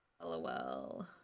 lol